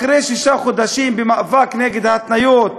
אחרי שישה חודשים של מאבק נגד ההתניות,